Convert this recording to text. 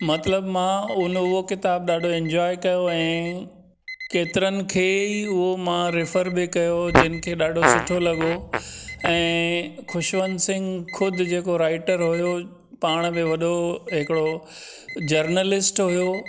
मतिलबु मां उन उहो किताबु ॾाढो इंजॉय कयो ऐं केतिरनि खे ई उहो मां रेफर बि कयो जिन खे ॾाढो सुठो लॻो ऐं खुशवंत सिंङ ख़ुदि जेको राइटर हुयो पाण में वॾो हिकिड़ो जर्नलिस्ट हुयो